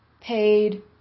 paid